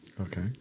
Okay